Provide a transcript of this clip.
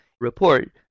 report